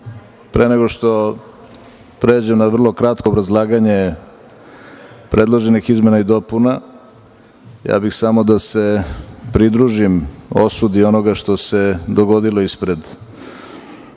pre nego što pređem na vrlo kratko obrazlaganje predloženih izmena i dopuna, ja bih samo da se pridružim osudi onoga što se dogodilo ispred ulaza